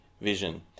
vision